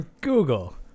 Google